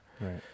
Right